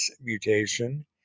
mutation